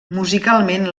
musicalment